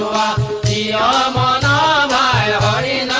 da um ah da da yeah da da